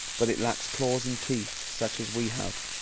but it lacks claws and teeth, such as we have.